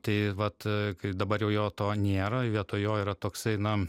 tai vat kai dabar jau jo to nėra vietoj jo yra toksai na